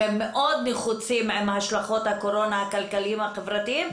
שמאוד נחוצים עם ההשלכות הכלכליות חברתיות של הקורונה,